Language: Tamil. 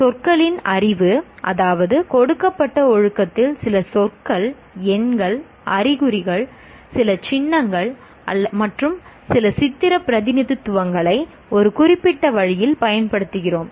சொற்களின் அறிவு அதாவது கொடுக்கப்பட்ட ஒழுக்கத்தில் சில சொற்கள் எண்கள் அறிகுறிகள் சில சின்னங்கள் மற்றும் சில சித்திர பிரதிநிதித்துவங்களை ஒரு குறிப்பிட்ட வழியில் பயன்படுத்துகிறோம்